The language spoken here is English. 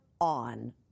on